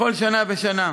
בכל שנה ושנה.